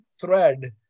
thread